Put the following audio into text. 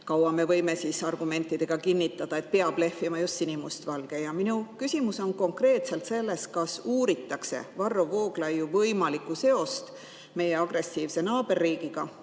kaua me võime argumentidega kinnitada, peab lehvima just sinimustvalge. Ja minu küsimus on konkreetselt selles: kas uuritakse Varro Vooglaiu võimalikku seost meie agressiivse naaberriigiga